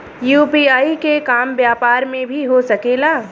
UPI के काम व्यापार में भी हो सके ला?